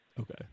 Okay